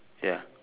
ya